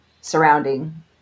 surrounding